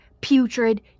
putrid